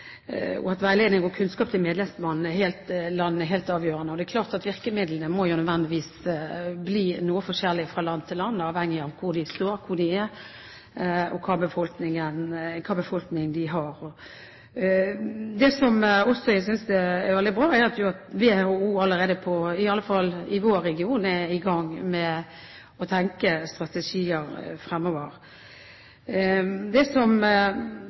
og at veiledning og kunnskap til medlemslandene er helt avgjørende. Det er helt klart at virkemidlene nødvendigvis må bli noe forskjellige fra land til land, avhengig av hvor de står, hvor de er og hvilken befolkning de har. Det som jeg også synes er veldig bra, er at WHO, iallfall i vår region, allerede er i gang med å tenke framtidige strategier. Det som